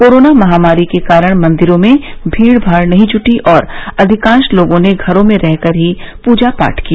corona महामारी के कारण मंदिरों में भीड़ भाड़ नहीं जुटी और अधिकांश लोगों ने घरों में रहकर ही पूजा पाठ किया